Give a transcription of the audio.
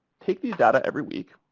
take these data every week,